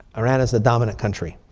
iran is a dominant country.